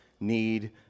need